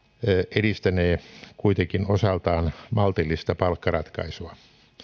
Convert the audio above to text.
edistänee kuitenkin osaltaan maltillista palkkaratkaisua